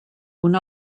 una